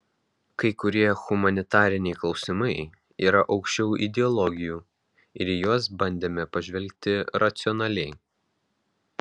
kai kurie humanitariniai klausimai yra aukščiau ideologijų ir į juos bandėme pažvelgti racionaliai